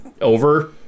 over